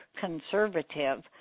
conservative